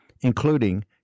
including